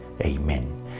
Amen